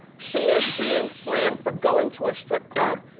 she is being slammed for going to a strip club.